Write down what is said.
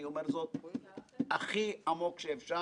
אני אומר את זה באופן הכי עמוק שאפשר.